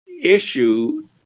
issue